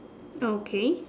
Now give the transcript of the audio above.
okay